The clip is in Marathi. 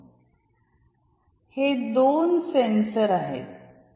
हे दोन सेन्सरआहेत